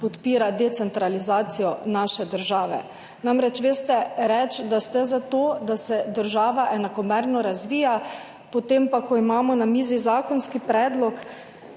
podpira decentralizacijo naše države. Namreč, veste, reči, da ste za to, da se država enakomerno razvija, potem, ko imamo na mizi zakonski predlog,